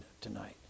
tonight